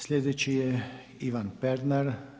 Sljedeći je Ivan Pernar.